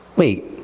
wait